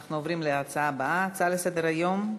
אנחנו עוברים להצעה לסדר-היום הבאה: